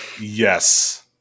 Yes